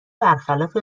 برخلاف